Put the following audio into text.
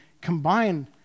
combine